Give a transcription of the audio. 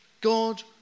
God